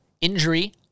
injury